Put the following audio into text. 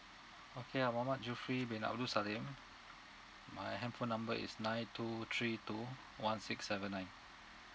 okay I'm muhammad jufri bin abdul salim my handphone number is nine two three two one six seven nine